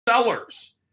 sellers